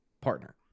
partner